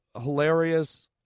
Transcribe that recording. hilarious